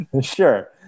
Sure